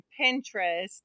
Pinterest